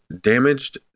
damaged